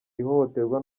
ihohoterwa